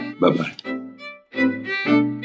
Bye-bye